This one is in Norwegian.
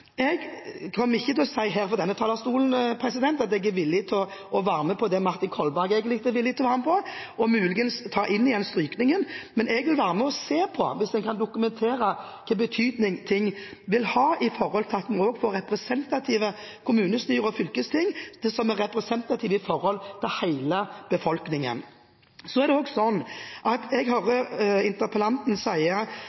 Jeg kommer ikke til å si her fra denne talerstolen at jeg er villig til å være med på det som Martin Kolberg egentlig er villig til å være med på, å muligens ta inn igjen strykningen. Men jeg vil være med og se på det, hvis en kan dokumentere hvilken betydning det vil ha når det gjelder å få kommunestyrer og fylkesting som er representative for hele befolkningen. Så hører jeg interpellanten si – og det har han rett i – at